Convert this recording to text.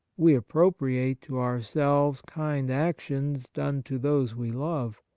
we appropriate to ourselves kind actions done to those we love,